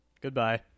Goodbye